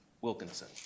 Wilkinson